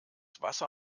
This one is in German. wasser